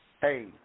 hey